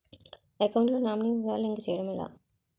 Account లో nominee వివరాలు link చేయటం ఎలా?